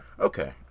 Okay